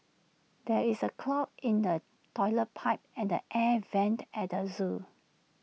there is A clog in the Toilet Pipe and the air Vents at the Zoo